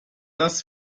das